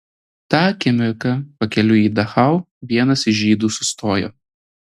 tą akimirką pakeliui į dachau vienas iš žydų sustojo